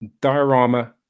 Diorama